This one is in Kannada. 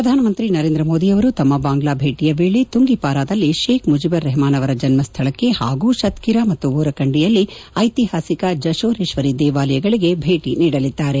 ಪ್ರಧಾನಮಂತ್ರಿ ನರೇಂದ್ರ ಮೋದಿಯವರು ತಮ್ಮ ಬಾಂಗ್ಲಾ ಭೇಟಿಯ ವೇಳೆ ತುಂಗಿಪಾರದಲ್ಲಿ ಶೇಬ್ ಮುಜೀಬರ್ ರೆಪಮಾನ್ ಅವರ ಜನ್ವಶ್ವಳಕ್ಕೆ ಪಾಗೂ ಶಕ್ಕಿರಾ ಮತ್ತು ಓರಕಂಡಿಯಲ್ಲಿ ಐತಿಹಾಸಿಕ ಜಶೋರೇಶ್ವರಿ ದೇವಾಲಯಗಳಿಗೆ ಭೇಟಿ ನೀಡಲಿದ್ದಾರೆ